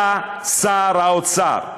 אתה שר האוצר.